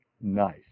nice